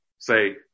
Say